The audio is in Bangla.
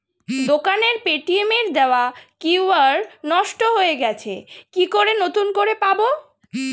দোকানের পেটিএম এর দেওয়া কিউ.আর নষ্ট হয়ে গেছে কি করে নতুন করে পাবো?